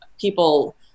people